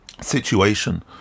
situation